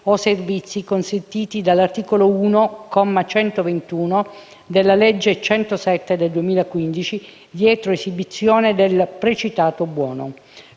servizi consentiti dall'articolo 1, comma 121, della legge n. 107 del 2015, dietro esibizione del precitato buono.